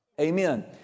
Amen